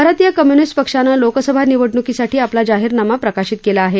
भारतीय कम्युनिस्ट पक्षानं लोकसभा निवडणुकीसाठी आपला जाहीरनामा प्रकाशित केला आहे